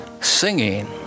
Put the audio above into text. singing